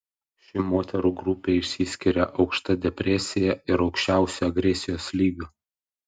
ši moterų grupė išsiskiria aukšta depresija ir aukščiausiu agresijos lygiu